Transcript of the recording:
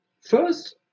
First